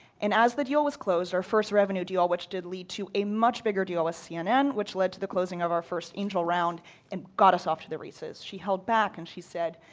and as the deal was closed our first revenue deal, which did lead to a much bigger deal with cnn, which led to the closing of our first angel round and got us off to the races. she held back and she said,